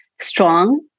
strong